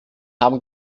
haben